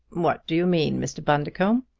what do you mean, mr. bundercombe?